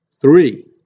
Three